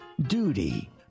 duty